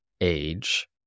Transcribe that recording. age